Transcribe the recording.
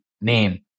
name